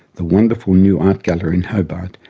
the wonderful new art gallery in hobart,